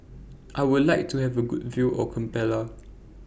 I Would like to Have A Good View of Kampala